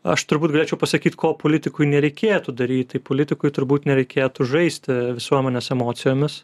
aš turbūt galėčiau pasakyt ko politikui nereikėtų daryt tai politikui turbūt nereikėtų žaisti visuomenės emocijomis